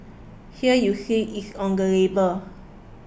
here you see it on the label